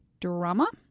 drama